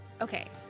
Okay